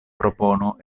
propono